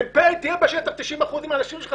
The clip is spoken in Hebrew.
מ"פ תהיה בשטח 90% מהזמן עם האנשים שלך,